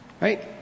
Right